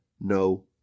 no